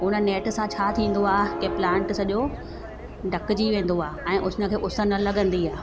उन नैट सां छा थींदो आहे की प्लांट सॼो ढकजी वेंदो आहे ऐं हुन खे उस न लॻंदी आहे